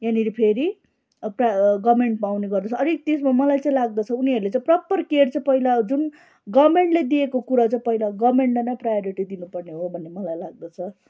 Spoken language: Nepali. यहाँनिर फेरि प्रा गर्मेन्टमा पाउने गर्दछ अनि त्यसमा मलाई चाहिँ लाग्दछ उनीहरूले चाहिँ प्रपर केयर चाहिँ पहिला जुन गर्मेन्टले दिएको कुरो चाहिँ पहिला गर्मेन्टलाई नै प्रायोरिटी दिनुपर्ने हो भन्ने मलाई लाग्दछ